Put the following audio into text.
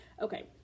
Okay